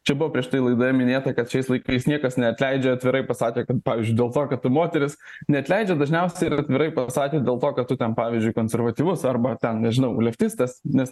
čia buvo prieš tai laidoje minėta kad šiais laikais niekas neatleidžia atvirai pasakė kad pavyzdžiui dėl to kad tu moteris neatleidžia dažniausiai ir atvirai pasakė dėl to kad tu ten pavyzdžiui konservatyvus arba ten nežinau leftistas nes